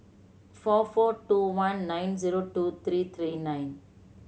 four four two one nine zero two three three nine